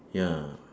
ya